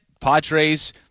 Padres